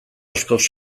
askoz